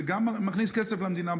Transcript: וגם מכניס כסף למדינה,